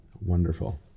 Wonderful